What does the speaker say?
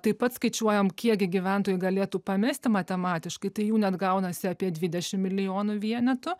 taip pat skaičiuojam kiek gi gyventojų galėtų pamesti matematiškai tai jų net gaunasi apie dvidešim milijonų vienetų